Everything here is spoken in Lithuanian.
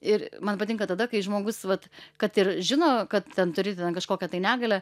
ir man patinka tada kai žmogus vat kad ir žino kad ten turi kažkokią tai negalią